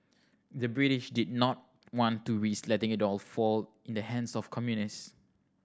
the British did not want to risk letting it all fall in the hands of communists